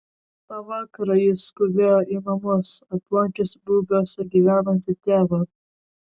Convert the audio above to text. tą vakarą jis skubėjo į namus aplankęs bubiuose gyvenantį tėvą